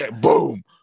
boom